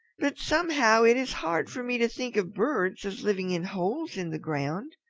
but somehow it is hard for me to think of birds as living in holes in the ground.